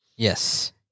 Yes